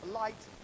light